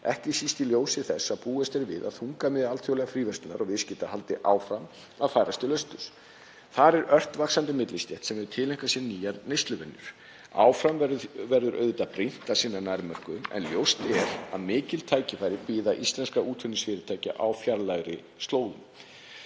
ekki síst í ljósi þess að búist er við að þungamiðja alþjóðlegrar fríverslunar og viðskipta haldi áfram að færast til austurs. Þar er ört vaxandi millistétt sem hefur tileinkað sér nýjar neysluvenjur. Áfram verður auðvitað brýnt að sinna nærmörkuðum en ljóst er að mikil tækifæri bíða íslenskra útflutningsfyrirtækja á fjarlægari slóðum.